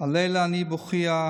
"על אלה אני בוכייה,